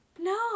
No